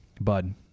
bud